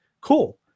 cool